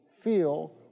feel